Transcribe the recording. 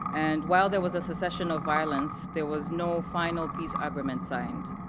and while there was a cessation of violence, there was no final peace agreement signed